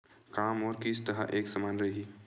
का मोर किस्त ह एक समान रही?